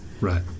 Right